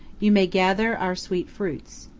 you may gather our sweet fruits.